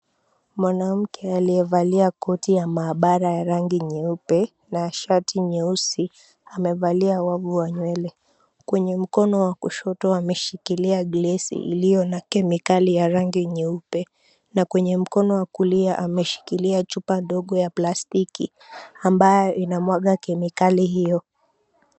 Mwanamke aliyevalia koti ya maabara ya rangi nyeupe na shati nyeusi amevalia wavu wa nywele. Kwenye mkono wa kushoto ameshikila glasi iliyo na kemikali ya rangi nyeupe na kwenye mkono wa kulia ameshikilia chupa ndogo ya plastiki ambayo inamwaga kemikali hiyo.